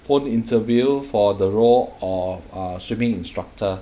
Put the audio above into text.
phone interview for the role of a swimming instructor